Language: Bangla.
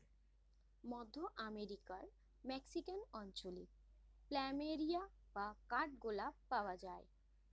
মধ্য আমেরিকার মেক্সিকান অঞ্চলে প্ল্যামেরিয়া বা কাঠ গোলাপ পাওয়া যায়